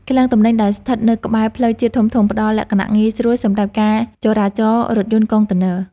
ឃ្លាំងទំនិញដែលស្ថិតនៅក្បែរផ្លូវជាតិធំៗផ្ដល់លក្ខណៈងាយស្រួលសម្រាប់ការចរាចររថយន្តកុងតឺន័រ។